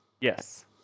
Yes